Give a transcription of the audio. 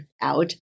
out